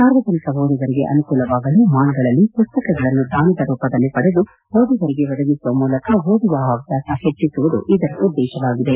ಸಾರ್ವಜನಿಕ ಓದುಗರಿಗೆ ಅನುಕೂಲವಾಗಲು ಮಾಲ್ಗಳಲ್ಲಿ ಪುಸ್ತಕಗಳನ್ನು ದಾನದ ರೂಪದಲ್ಲಿ ಪಡೆದು ಓದುಗರಿಗೆ ಒದಗಿಸುವ ಮೂಲಕ ಓದುವ ಹವ್ಯಾಸ ಹೆಚ್ಚಿಸುವುದು ಇದರ ಉದ್ದೇಶವಾಗಿದೆ